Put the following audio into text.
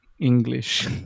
English